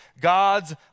God's